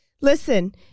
Listen